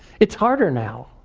it's harder now.